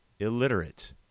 Illiterate